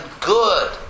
good